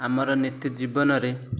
ଆମର ନୀତି ଜୀବନରେ